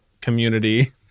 community